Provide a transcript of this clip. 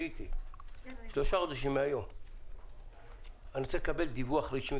אני רוצה לקבל דיווח רשמי.